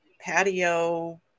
patio